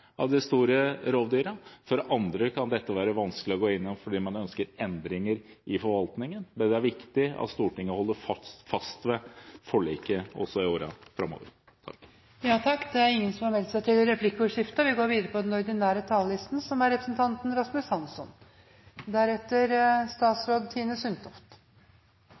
av de store rovdyrene. For andre kan dette være vanskelig å gå inn i fordi man ønsker endringer i forvaltningen. Men det er viktig at Stortinget holder fast ved forliket også i årene framover.